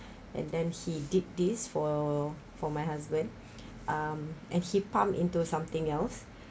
and then he did this for for my husband um and he pump into something else